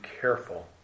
careful